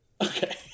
Okay